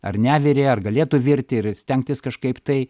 ar nevirė ar galėtų virti ir stengtis kažkaip tai